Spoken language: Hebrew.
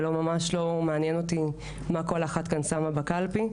וממש לא מעניין אותי מה כל אחת כאן שמה בקלפי.